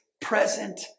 present